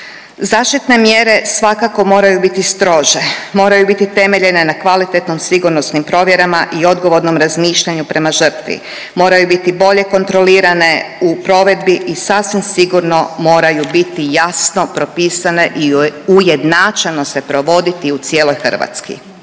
Zaštitne mjere svakako moraju biti strože, moraju biti temeljene na kvalitetnim sigurnosnim provjerama i odgovornom razmišljanju prema žrtvi, moraju biti bolje kontrolirane u provedbi i sasvim sigurno moraju biti jasno propisane i ujednačeno se provoditi u cijeloj Hrvatskoj.